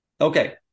Okay